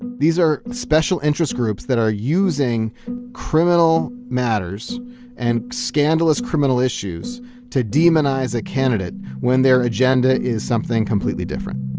these are special interest groups that are using criminal matters and scandalous criminal issues to demonize a candidate when their agenda is something completely different